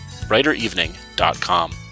brighterevening.com